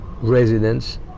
residents